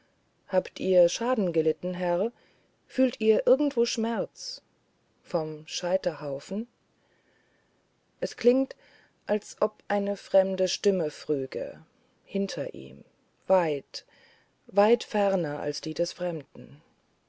habt ihr schaden gelitten herr fühlt ihr irgendwo schmerz vom scheiterhaufen es klingt als ob eine fremde stimme früge hinter ihm weit weit ferner als die des fremden